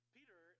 Peter